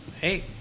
hey